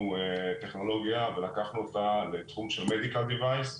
טכנולוגיה ולקחנו אותה לתחום של Medical device.